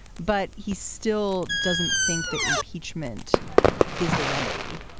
but he still doesn't think that impeachment is the remedy.